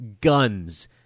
guns